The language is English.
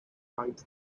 finds